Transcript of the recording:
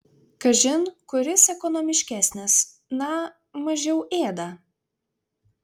kažin kuris ekonomiškesnis na mažiau ėda